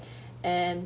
and